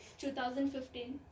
2015